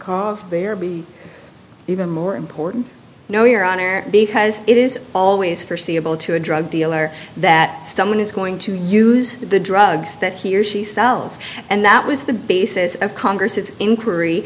cause there be even more important no your honor because it is always forseeable to a drug dealer that someone is going to use the drugs that he or she sells and that was the basis of congress inquiry